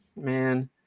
man